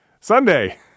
Sunday